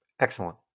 Excellent